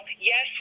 yes